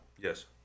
Yes